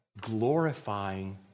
Glorifying